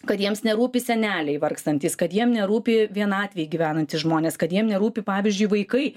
kad jiems nerūpi seneliai vargstantys kad jiem nerūpi vienatvėj gyvenantys žmonės kad jiem nerūpi pavyzdžiui vaikai